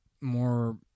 more